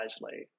wisely